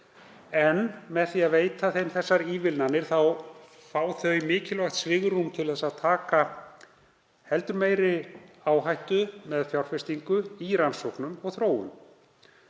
en með því að veita þeim þessar ívilnanir fá þau mikilvægt svigrúm til að taka heldur meiri áhættu með fjárfestingu í rannsóknum og þróun.